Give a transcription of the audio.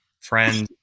friends